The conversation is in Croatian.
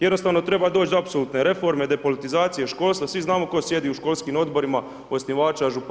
Jednostavno treba doći do apsolutne reforme, depolitizacije školstva, svi znamo tko sjedi u školskim odborima osnivača županija.